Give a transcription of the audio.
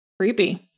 creepy